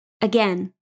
Again